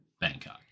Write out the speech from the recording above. Bangkok